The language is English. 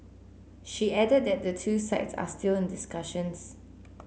she added that the two sides are still in discussions